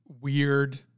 weird